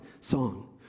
song